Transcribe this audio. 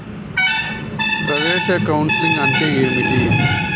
ప్రవేశ కౌన్సెలింగ్ అంటే ఏమిటి?